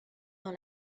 dans